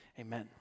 amen